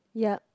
yup